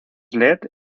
led